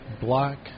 black